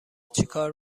چیکار